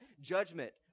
judgment